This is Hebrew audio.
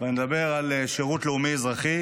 ואני אדבר על שירות לאומי-אזרחי,